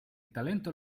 talento